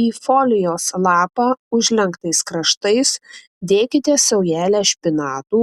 į folijos lapą užlenktais kraštais dėkite saujelę špinatų